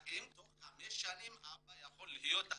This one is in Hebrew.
האם תוך חמש שנים האבא יכול להיות עצמאי,